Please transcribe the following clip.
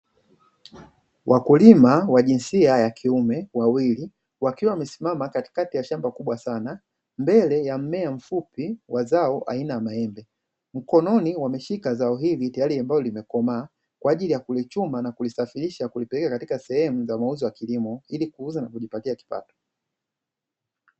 Wakulima wa jinsia ya kiume wawili wamesimama katikati ya shamba kubwa sana. Mbele ya mmea mfupi wa zao aina ya maembe, mkononi wameshika zao hili tayari ambalo limekomaa kwaajili ya kulichuma na kulisafirisha na kulipeleka katika sehemu za mauzo ya kilimo ili kuuza na kujipatia kipato.